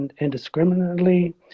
indiscriminately